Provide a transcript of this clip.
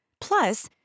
Plus